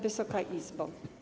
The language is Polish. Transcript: Wysoka Izbo!